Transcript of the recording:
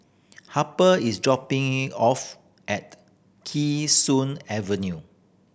Harper is dropping off at Kee Sun Avenue